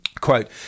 Quote